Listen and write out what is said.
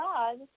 God